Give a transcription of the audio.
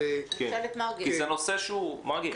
מרגי,